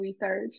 research